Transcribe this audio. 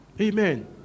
Amen